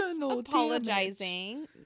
apologizing